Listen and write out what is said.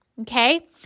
Okay